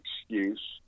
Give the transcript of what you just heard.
excuse